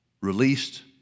released